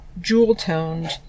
jewel-toned